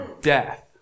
death